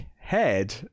head